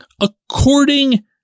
according